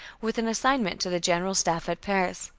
with an assignment to the general staff at paris.